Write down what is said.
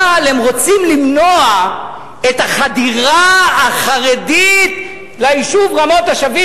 אבל הם רוצים למנוע את החדירה החרדית ליישוב רמות-השבים,